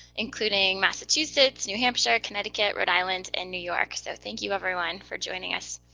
including massachusetts, new hampshire, connecticut, rhode island, and new york. so thank you everyone for joining us.